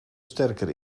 sterker